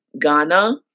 Ghana